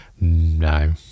No